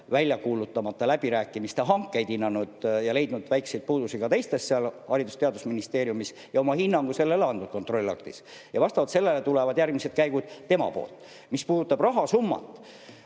välja kuulutamata läbirääkimiste hankeid hinnanud ja leidnud väikseid puudusi ka teistes [hangetes] seal Haridus‑ ja Teadusministeeriumis, oma hinnangu sellele andnud kontrollaktis ja vastavalt sellele tulevad järgmised käigud tema poolt. Mis puudutab rahasummat,